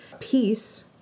peace